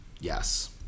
Yes